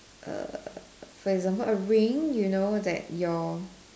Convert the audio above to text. err for example a ring that your